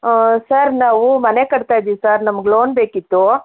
sir ನಾವು ಮನೆ ಕಟ್ತಾಯಿದ್ದೀವಿ ಸರ್ ನಮಗೆ ಲೋನ್ ಬೇಕಿತ್ತು